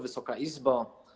Wysoka Izbo!